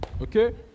Okay